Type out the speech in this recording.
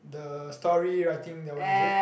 the story writing that one is it